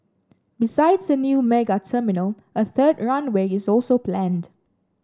besides a new mega terminal a third runway is also planned